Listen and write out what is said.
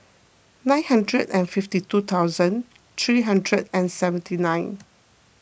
nine hundred and fifty two thousand three hundred and seventy nine